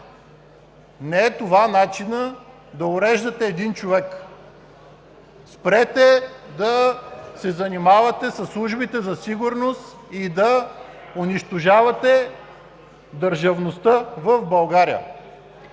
Не е това начинът да уреждате един човек. Спрете да се занимавате със службите за сигурност и да унищожавате държавността в България!